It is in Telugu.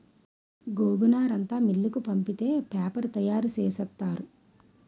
గోగునారంతా మిల్లుకు పంపితే పేపరు తయారు సేసేత్తారు